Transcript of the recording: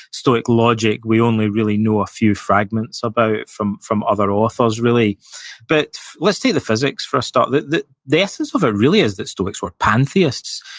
stoic logic we only really know a few fragments about from from other authors, really but let's take the physics, for a start. the the essence of it, really, is that stoics were pantheists,